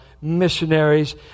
missionaries